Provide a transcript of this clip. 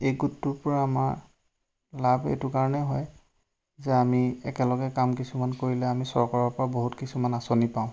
এই গোটটোৰ পৰা আমাৰ লাভ এইটো কাৰণেই হয় যে আমি একেলগে কাম কিছুমান কৰিলে আমি চৰকাৰৰ পৰা বহুত কিছুমান আঁচনি পাওঁ